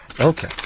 Okay